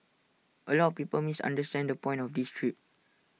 A lot of people misunderstand the point of this trip